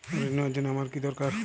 ঋণ নেওয়ার জন্য আমার কী দরকার?